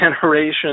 generation